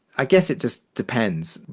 i guess it just depends,